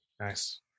Nice